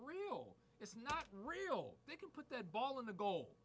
real it's not real they could put the ball in the goal